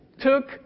took